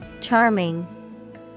Charming